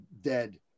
dead